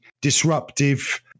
disruptive